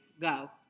Go